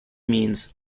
means